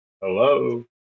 Hello